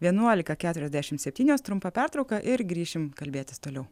vienuolika keturiasdešimt septynios trumpa pertrauka ir grįšim kalbėtis toliau